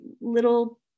little